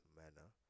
manner